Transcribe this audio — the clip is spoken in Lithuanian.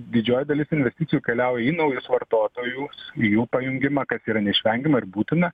didžioji dalis investicijų keliauja į naujus vartotojus į jų pajungimą kas yra neišvengiama ir būtina